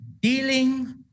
dealing